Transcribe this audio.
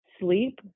sleep